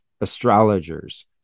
astrologers